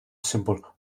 symbol